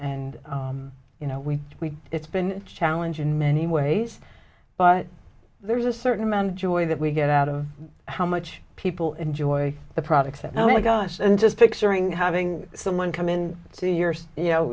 and you know we we it's been a challenge in many ways but there's a certain amount of joy that we get out of how much people enjoy the products and i got us in just picturing having someone come in to your you know